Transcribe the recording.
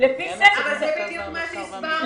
זה בדיוק מה שהסברתי.